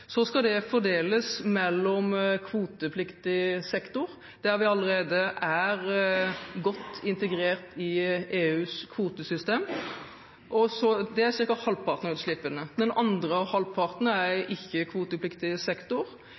Så skal det fordeles mellom kvotepliktig sektor, der vi allerede er godt integrert i EUs kvotesystem – det er ca. halvparten av utslippene – og den andre halvparten, som er i ikke-kvotepliktig sektor,